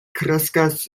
kreskas